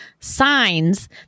signs